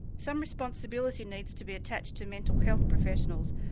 some responsibility needs to be attached to mental health professionals.